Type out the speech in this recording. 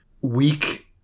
weak